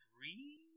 three